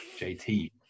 JT